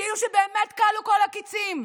כאילו שבאמת כלו כל הקיצין.